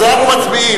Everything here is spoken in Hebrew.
אז אנחנו מצביעים